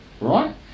Right